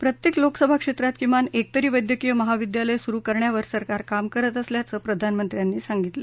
प्रत्येक लोकसभाक्षेत्रात किमान एक तरी वैद्यकीय महाविद्यालय सुरु करण्यावर सरकार काम करत असल्याचं प्रधानमंत्र्यांनी सांगितलं